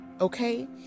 Okay